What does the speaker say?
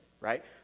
right